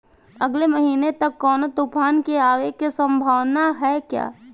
अगले महीना तक कौनो तूफान के आवे के संभावाना है क्या?